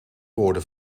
woorden